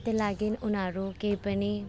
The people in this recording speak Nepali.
त्यो लागि उनीहरू केही पनि